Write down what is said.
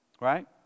right